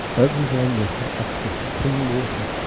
everyone will have access to clean water,